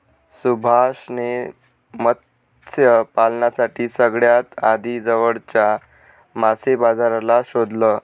सुभाष ने मत्स्य पालनासाठी सगळ्यात आधी जवळच्या मासे बाजाराला शोधलं